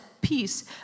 Peace